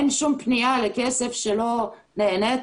אין שום פנייה לכסף שלא נענית.